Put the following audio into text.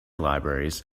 libraries